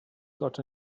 got